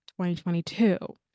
2022